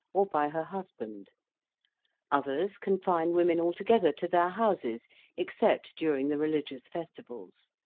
or by her husband others confine women altogether to their houses except during the religious festivals.